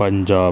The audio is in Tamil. பஞ்சாப்